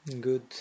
Good